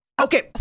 Okay